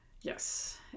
Yes